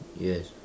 yes